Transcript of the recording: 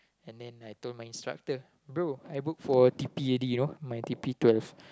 and then I told my instructor bro I booked for t_p already you know my t_p twelve